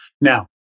Now